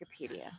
Wikipedia